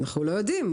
אנחנו לא יודעים.